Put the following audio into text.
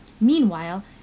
Meanwhile